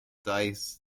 dice